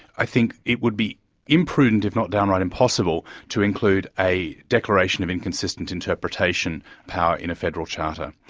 i think it would be imprudent if not downright impossible to include a declaration of inconsistent interpretation power in a federal charter.